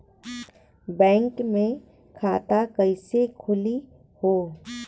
Bank मे खाता कईसे खुली हो?